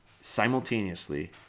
simultaneously